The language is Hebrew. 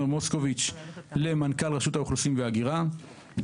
מוסקוביץ' למנכ"ל רשות האוכלוסין וההגירה.